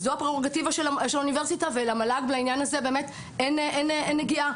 וזו הפררוגטיבה של האוניברסיטה ולמל"ג בעניין הזה באמת אין נגיעה.